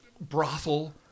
brothel